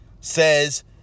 says